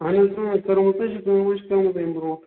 اہن حظ اۭں کٔرمٕژ حظ چھِ کٲم حظ چھِ کٔرمٕژ اَمہِ برٛونٛٹھ